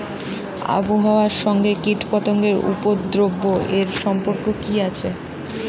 আবহাওয়ার সঙ্গে কীটপতঙ্গের উপদ্রব এর সম্পর্ক কি আছে?